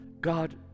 God